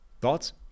thoughts